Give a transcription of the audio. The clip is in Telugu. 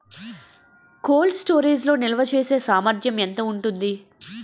కోల్డ్ స్టోరేజ్ లో నిల్వచేసేసామర్థ్యం ఎంత ఉంటుంది?